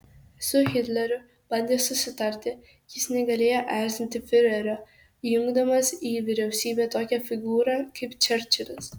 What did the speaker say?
su hitleriu bandė susitarti jis negalėjo erzinti fiurerio įjungdamas į vyriausybę tokią figūrą kaip čerčilis